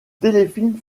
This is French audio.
téléfilm